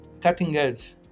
cutting-edge